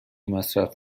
مصرف